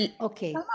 okay